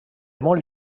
molt